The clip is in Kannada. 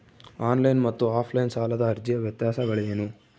ಆನ್ ಲೈನ್ ಮತ್ತು ಆಫ್ ಲೈನ್ ಸಾಲದ ಅರ್ಜಿಯ ವ್ಯತ್ಯಾಸಗಳೇನು?